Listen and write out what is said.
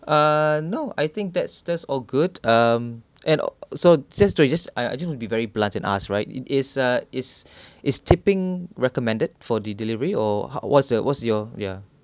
uh no I think that's that's all good um and so just to just I I just want to be very blunt and ask right it is uh is is tipping recommended for the delivery or what's your what's your ya